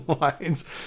lines